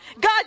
God